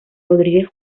rodríguez